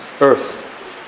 earth